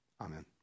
Amen